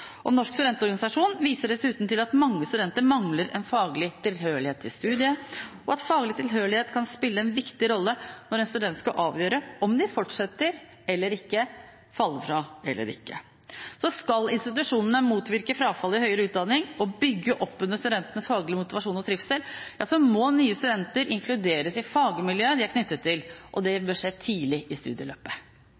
om de fortsetter eller ikke, og om de faller fra eller ikke. Skal institusjonene motvirke frafall i høyere utdanning og bygge opp under studentenes faglige motivasjon og trivsel, ja, så må nye studenter inkluderes i fagmiljøet de er knyttet til, og det